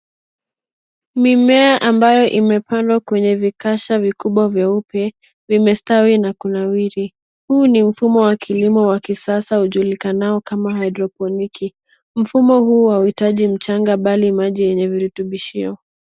Mimea ambayo imepandwa kwenye vikasha vikubwa vyeupe vimestawi na kunawiri. Huu ni mfumo wa kilimo wa kisasa ujulikanao kama hidroponiki . Mfumo huu hauitaji mchanga bali maji yenye virutubishio.